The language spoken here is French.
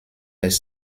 les